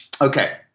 Okay